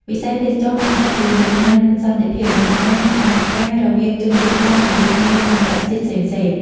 វិស័យទេសចរណ៍បានក្លាយជាមូលដ្ឋានសន្តិភាព និងការសហការណ៍រវាងជនជាតិខ្មែរជាមួយភ្ញៀវអន្តរជាតិផ្សេងៗ។